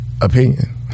opinion